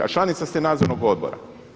A članica ste Nadzornog odbora.